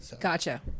gotcha